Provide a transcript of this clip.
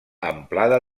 amplada